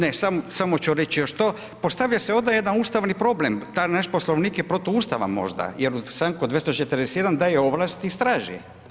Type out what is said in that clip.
Ne, samo ću reći još to, postavlja se ovdje jedan ustavni problem taj naš Poslovnik je protuustavan možda jer u članku 241. daje ovlasti straži.